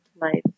life